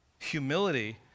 Humility